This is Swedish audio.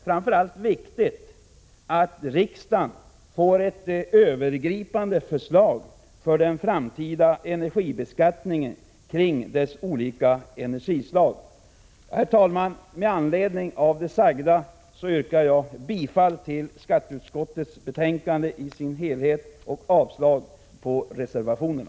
Framför allt är det viktigt att riksdagen får ett övergripande förslag för den framtida energibeskattningen av de olika energislagen. Herr talman! Med det sagda yrkar jag bifall till hemställan i skatteutskottets betänkande och avslag på reservationerna.